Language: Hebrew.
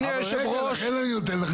אדוני היושב ראש --- לכן אני נותן לך.